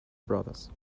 brothers